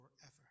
forever